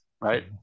right